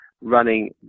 running